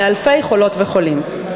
לאלפי חולות וחולים.